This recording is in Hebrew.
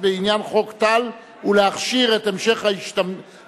בעניין חוק טל ולהכשיר את המשך ההשתמטות,